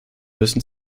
müssen